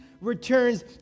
returns